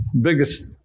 biggest